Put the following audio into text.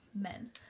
men